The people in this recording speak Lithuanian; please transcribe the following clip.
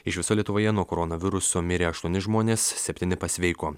iš viso lietuvoje nuo koronaviruso mirė aštuoni žmonės septyni pasveiko